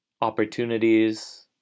opportunities